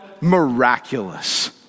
miraculous